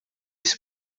esse